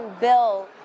bill